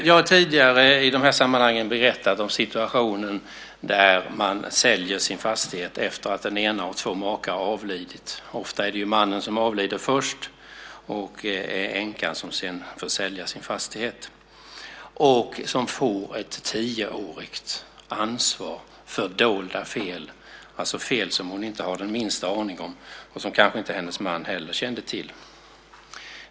Jag har tidigare i dessa sammanhang berättat om den situationen då man säljer sin fastighet efter att den ene av två makar har avlidit. Ofta är det mannen som avlider först och änkan som sedan får sälja sin fastighet. Hon får då ett tioårigt ansvar för dolda fel, alltså fel som hon inte har den minsta aning om och som kanske inte heller hennes man kände till.